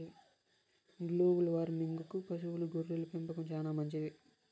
global వార్మింగ్కు పశువుల గొర్రెల పెంపకం చానా మంచిది